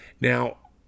Now